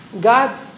God